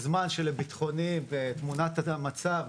לביטחוניים תמונת המצב,